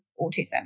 autism